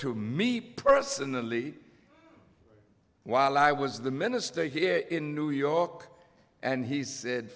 to me personally while i was the minister here in new york and he said